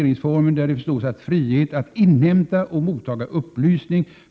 Därmed förstås frihet att inhämta och mottaga upplysningar.